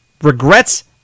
Regret's